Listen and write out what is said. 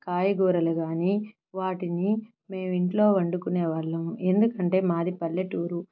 కాయగూరలు కానీ వాటిని మేము ఇంట్లో వండుకునే వాళ్ళము ఎందుకంటే మాది పల్లెటూరు